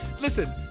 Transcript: Listen